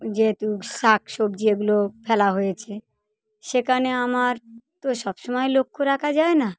যেহেতু শাক সবজি এগুলো ফেলা হয়েছে সেখানে আমার তো সবসময় লক্ষ রাখা যায় না